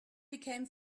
became